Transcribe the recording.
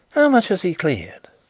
how much has he cleared?